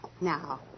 Now